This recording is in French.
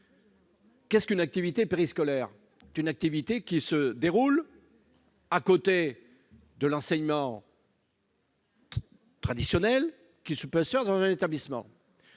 Qu'est qu'une activité périscolaire ? C'est une activité qui se déroule à côté de l'enseignement traditionnel dispensé au sein des établissements.